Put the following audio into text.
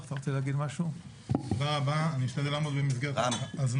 ואני רוצה לדעת איזה הדרכה,